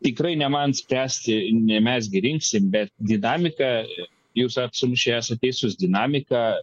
tikrai ne man spręsti ne mes gi rinksim bet dinamika jūs absoliučiai esat teisus dinamika